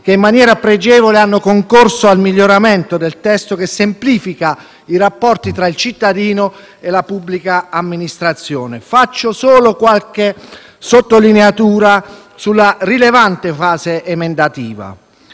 che in maniera pregevole hanno concorso al miglioramento del testo in esame, che semplifica i rapporti tra il cittadino e la pubblica amministrazione. Faccio solo qualche sottolineatura sulla rilevante fase emendativa.